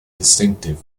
distinctive